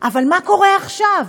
אבל מה קורה עכשיו?